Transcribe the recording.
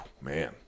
Man